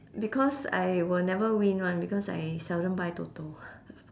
because I will never win [one] because I seldom buy toto